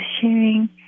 sharing